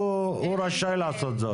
הוא רשאי לעשות זאת.